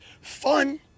fun